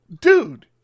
dude